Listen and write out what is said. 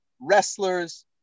wrestlers